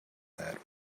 that